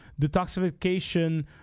detoxification